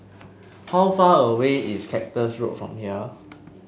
how far away is Cactus Road from here